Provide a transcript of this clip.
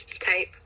type